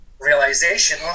realization